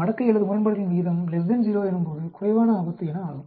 மடக்கை அல்லது முரண்பாடுகளின் விகிதம் 0 எனும்போது குறைவான ஆபத்து என ஆகும்